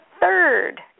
third